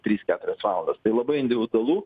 trys keturios valandos tai labai individualu